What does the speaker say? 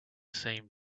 same